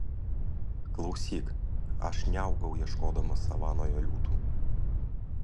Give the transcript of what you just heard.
klausyk aš neaugau ieškodamas savanoje liūtų